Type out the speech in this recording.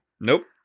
Nope